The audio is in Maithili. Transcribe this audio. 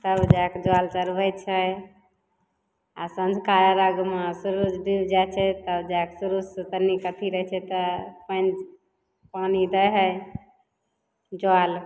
तब जाकऽ जल चढ़बय छै आओर सँझुका अर्घमे सूर्य डुबि जाइ छै तब जाकऽ सूर्यके तनिक अथी रहय छै तऽ पानि पानि दै हइ जल